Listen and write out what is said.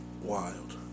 wild